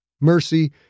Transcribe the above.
Mercy